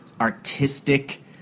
artistic